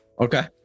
Okay